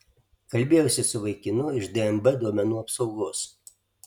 kalbėjausi su vaikinu iš dnb duomenų apsaugos